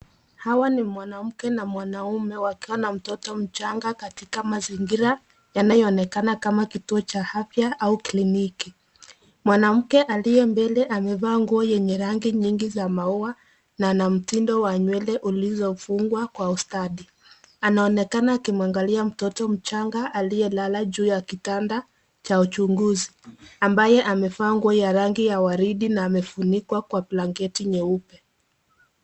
Hawa ni mwanamke na mwanaume wakiwa na mtoto mchanga katika mazingira yanayo onekana kama kituo cha afya au kliniki. Mwanamke aliye mbele amevaa nguo yenye rangi nyingi za maua na anamtindo wa nywele ulizofungwa kwa ustadi. Anaonekana akimuangalia mtoto mchanga aliyelala juu ya kitanda cha uchunguzi, ambaye amevaa nguo ya rangi ya waridi na amefunikwa kwa blanketi nyeupe.